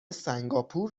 سنگاپور